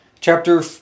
chapter